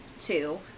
two